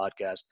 podcast